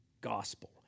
gospel